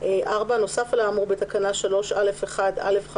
(4)נוסף על האמור בתקנה 3א1(א)(5)(א),